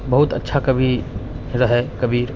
बहुत अच्छा कवि रहै कबीर